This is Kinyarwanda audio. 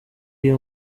iyo